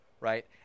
right